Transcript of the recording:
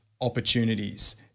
opportunities